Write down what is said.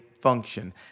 Function